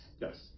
Yes